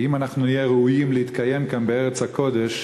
כי אם אנחנו נהיה ראויים להתקיים כאן, בארץ הקודש,